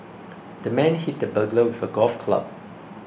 the man hit the burglar with a golf club